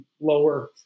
lower